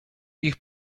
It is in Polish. ich